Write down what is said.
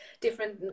different